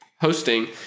hosting